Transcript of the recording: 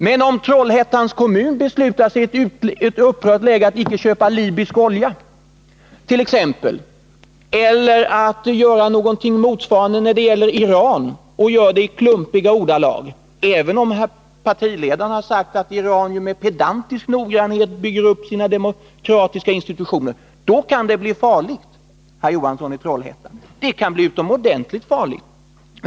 Men om Trollhättans kommun i ett upprört läge t.ex. beslutar att icke köpa libysk olja eller att göra någonting motsvarande när det gäller Iran och uttalar sig i klumpiga ordalag, då kan det — även om herr partiledaren Palme har sagt att Iran med pedantisk noggrannhet bygger upp sina demokratiska institutioner — bli farligt, Hilding Johansson i Trollhättan. Det kan bli utomordentligt farligt.